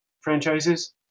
franchises